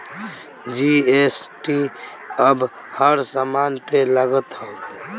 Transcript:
GST अब हर समान पे लागत हवे